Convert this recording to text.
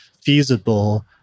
feasible